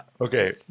Okay